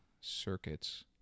circuits